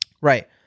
Right